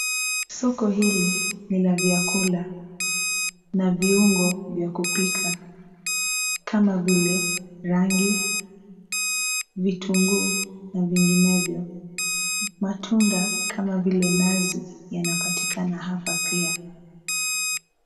Soko hili ni la vyakula na viungo vya kupika kama vile rangi, vitunguu na vinginevyo. Matunda kama vile nazi yanapatikana hapa pia.